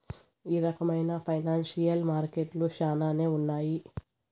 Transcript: ఈ రకమైన ఫైనాన్సియల్ మార్కెట్లు శ్యానానే ఉన్నాయి